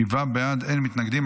שבעה בעד, אין מתנגדים.